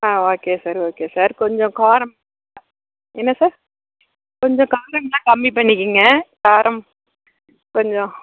ஆ okay sir okay கொஞ்சம் காரம் என்ன சார் கொஞ்சம் காரம்லாம் கம்மி பண்ணிக்கங்க காரம் கொஞ்சம்